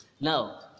Now